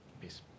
Peace